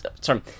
sorry